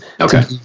Okay